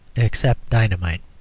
except dynamite.